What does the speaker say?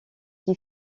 qui